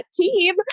team